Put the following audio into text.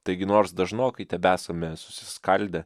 taigi nors dažnokai tebesame susiskaldę